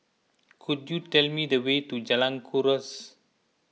could you tell me the way to Jalan Kuras